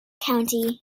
county